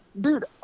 Dude